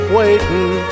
waiting